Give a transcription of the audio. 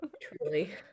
Truly